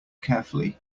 carefully